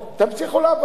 תמשיכו לעבוד.